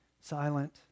silent